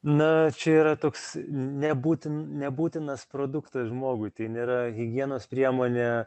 na čia yra toks nebūtin nebūtinas produktas žmogui tai nėra higienos priemonė